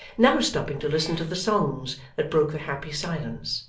now stopping to listen to the songs that broke the happy silence,